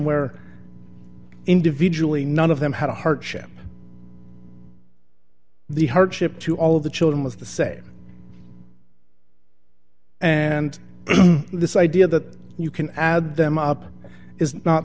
where individually none of them had a hardship the hardship to all of the children was the same and this idea that you can add them up is not